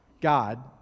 God